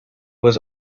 was